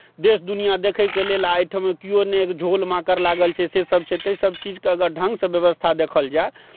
देश दुनिआ देखैके लेल एहिठाम केओ नहि झोल माकर लागल छै सेसब छै ताहि सबचीजके अगर ढङ्गसँ बेबस्था देखल जाए